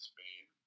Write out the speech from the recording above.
Spain